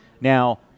Now